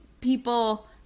people